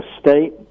State